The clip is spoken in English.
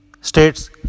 states